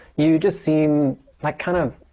you just seem like kind of,